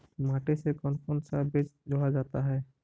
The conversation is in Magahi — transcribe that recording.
माटी से कौन कौन सा बीज जोड़ा जाता है?